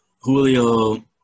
Julio